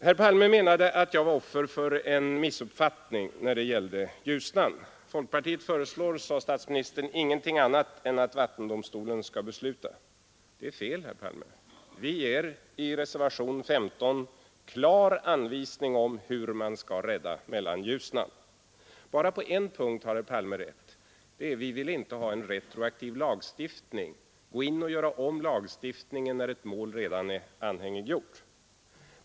Herr Palme menade att jag var offer för en missuppfattning när det gällde Ljusnan. Folkpartiet föreslår, sade statsministern, ingenting annat än att vattendomstolen skall besluta. Det är fel, herr Palme. Vi ger i reservationen 15 klar anvisning om hur man skall rädda Mellanljusnan. Bara på en punkt har herr Palme rätt: Vi vill inte ha en retroaktiv lagstiftning — inte gå in och göra om lagstiftningen när ett mål redan är anhängiggjort.